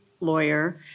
lawyer